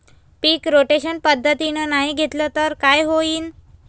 पीक rotation पद्धतीनं नाही घेतलं तर काय होईन?